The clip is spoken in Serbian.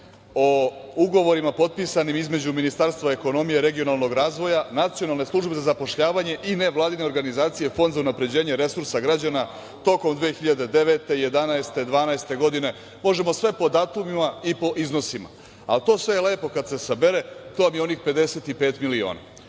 o ugovorima potpisanim Ministarstva ekonomije regionalnog razvoja, NSZ i Nevladine organizacije Fond za unapređenje resursa građana, tokom 2009, 2011. i 2012. godine. Možemo sve po datumima i po iznosima, ali to sve lepo kada se sabere, to vam je onih 55 miliona.